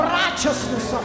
righteousness